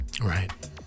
Right